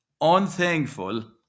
unthankful